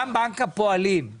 גם בנק הפועלים,